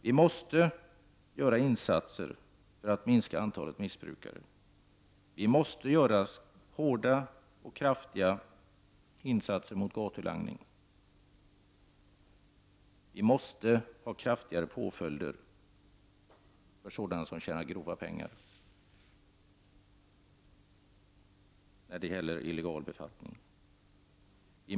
Vi måste göra insatser för att minska antalet missbrukare, vi måste göra hårda och kraftiga insatser mot gatulangning, vi måste ha kraftigare påföljder mot sådana som tjänar grova pengar på illegal befattning med narkotika.